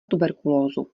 tuberkulózu